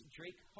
Drake